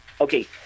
Okay